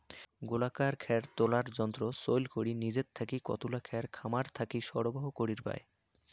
গোলাকার খ্যার তোলার যন্ত্র চইল করি নিজের থাকি কতুলা খ্যার খামার থাকি সরবরাহ করির পায়?